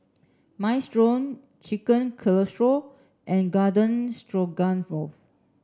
Minestrone Chicken Casserole and Garden Stroganoff